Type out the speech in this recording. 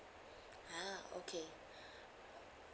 !huh! okay